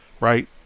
Right